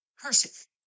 Cursive